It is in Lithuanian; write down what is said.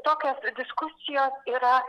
tokios diskusijos yra